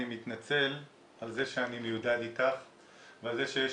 אני מתנצל על זה שאני מיודד איתך ועל כך שיש